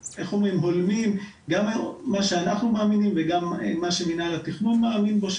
הולמים גם את מה שאנחנו מאמינים וגם את מה שמינהל התכנון מאמין בו,